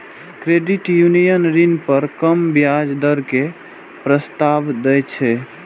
credit union ऋण पर कम ब्याज दर के प्रस्ताव दै छै